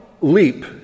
leap